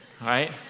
Right